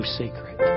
secret